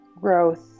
Growth